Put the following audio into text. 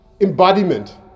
embodiment